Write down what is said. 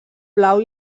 blau